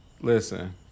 Listen